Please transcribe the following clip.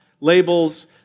labels